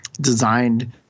designed